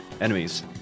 enemies